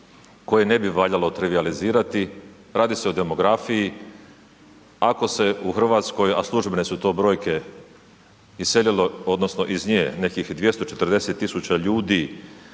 koje ne bi valjalo trivijalizirati, radi se o demografiji. Ako se u RH, a službene su to brojke, iselilo odnosno iz nje nekih 240 000 ljudi